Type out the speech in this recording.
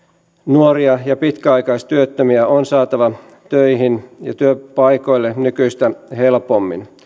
nuoria ja pitkäaikaistyöttömiä on saatava töihin ja työpaikoille nykyistä helpommin